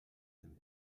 dem